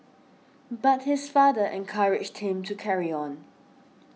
but his father encouraged him to carry on